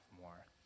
more